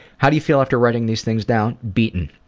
how do you feel after writing these things down beaten.